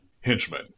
henchmen